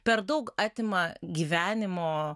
per daug atima gyvenimo